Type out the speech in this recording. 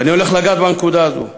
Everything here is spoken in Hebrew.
ואני הולך לגעת בנקודה הזאת: